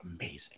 amazing